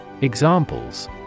Examples